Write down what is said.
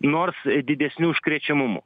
nors didesniu užkrečiamumu